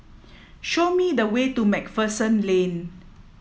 show me the way to MacPherson Lane